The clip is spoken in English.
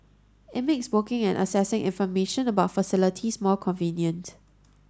it makes booking and accessing information about facilities more convenient